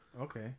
okay